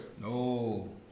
No